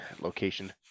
location